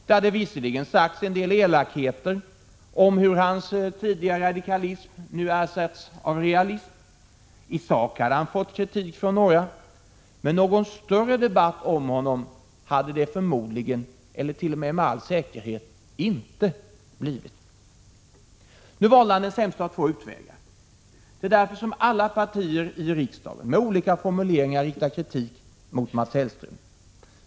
Det hade visserligen sagts en del elakheter om hur hans tidigare radikalism nu hade ersatts av realism, i sak hade han fått en viss kritik från några, men någon större debatt om honom hade det med all säkerhet inte blivit. Nu valde han den sämsta av två utvägar. Det är därför som alla partier i riksdagen, med olika formuleringar, riktar kritik mot Mats Hellström.